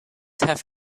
have